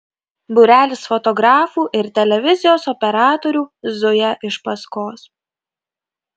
būrelis fotografų ir televizijos operatorių zuja iš paskos